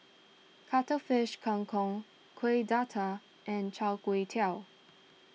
Cuttlefish Kang Kong Kuih Dadar and Chai Kuay Tow